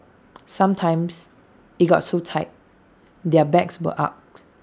sometimes IT got so tight their backs were arched